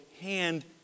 hand